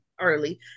early